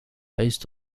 based